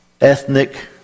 ethnic